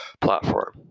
platform